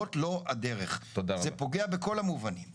זה פוגע בכל המובנים.